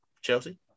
Chelsea